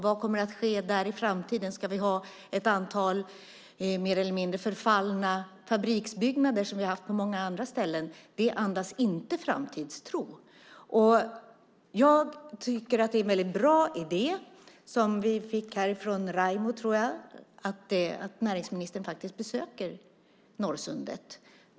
Vad kommer att ske där i framtiden? Ska vi ha ett antal mer eller mindre förfallna fabriksbyggnader som vi har haft på många andra ställen? Det andas inte framtidstro. Det var en bra idé som vi fick av Raimo, tror jag, nämligen att näringsministern besöker Norrsundet.